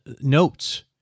notes